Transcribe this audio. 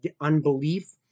unbelief